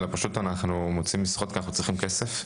אלא פשוט אנחנו מוצאים משרות כי אנחנו צריכים כסף.